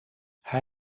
hij